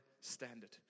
standard